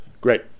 Great